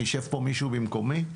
יישב פה מישהו במקומי,